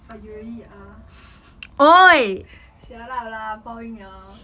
but you already are shut up lah 爆音 liao